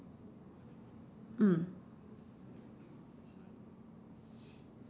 mm